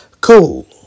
Cool